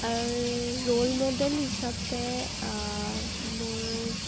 ৰ'ল model হিচাপে মোৰ